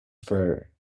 fear